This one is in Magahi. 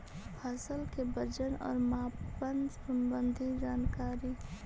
फसल के वजन और मापन संबंधी जनकारी?